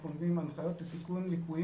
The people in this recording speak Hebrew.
אנחנו נותנים הנחיות לתיקון ליקויים